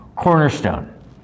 cornerstone